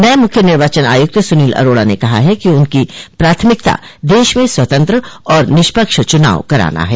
नये मुख्य निर्वाचन आयुक्त सुनील अरोड़ा ने कहा है कि उनकी प्राथमिकता देश में स्वतंत्र और निष्पक्ष चुनाव कराना है